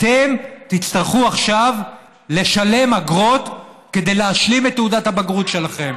אתם תצטרכו עכשיו לשלם אגרות כדי להשלים את תעודת הבגרות שלכם.